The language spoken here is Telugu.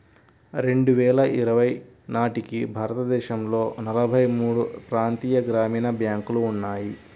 రెండు వేల ఇరవై నాటికి భారతదేశంలో నలభై మూడు ప్రాంతీయ గ్రామీణ బ్యాంకులు ఉన్నాయి